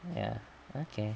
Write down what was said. ya okay